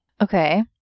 Okay